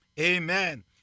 Amen